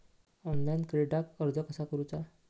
Online क्रेडिटाक अर्ज कसा करुचा?